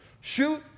shoot